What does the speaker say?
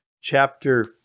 chapter